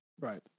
Right